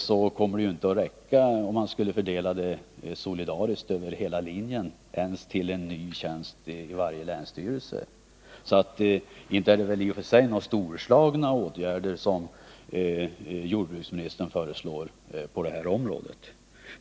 Skall man fördela de här tjänsterna solidariskt över hela linjen, kommer de inte att räcka ens till en ny tjänst i varje länsstyrelse. Det är alltså inte några storslagna åtgärder jordbruksministern föreslår på det här området.